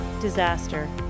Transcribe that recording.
disaster